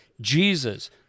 Jesus